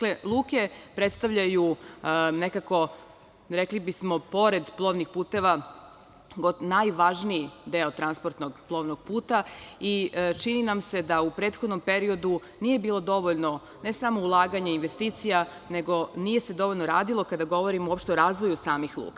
Luke predstavljaju nekako, rekli bismo, pored plovnih puteva najvažniji deo transportnog plovnog puta i čini nam se da u prethodnom periodu nije bilo dovoljno ne samo ulaganja i investicija, nego nije se dovoljno radilo kada govorimo uopšte o razvoju samih luka.